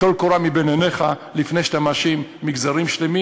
טול קורה מבין עיניך לפני שאתה מאשים מגזרים שלמים